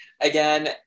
Again